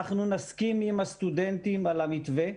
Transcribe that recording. אנחנו נסכים עם הסטודנטים על המתווה,